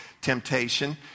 Temptation